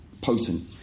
potent